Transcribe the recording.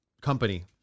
company